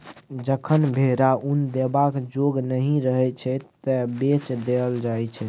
जखन भेरा उन देबाक जोग नहि रहय छै तए बेच देल जाइ छै